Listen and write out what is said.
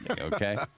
okay